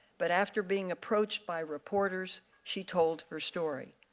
but after being approached by reporters she told her story.